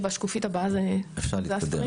זה הספרים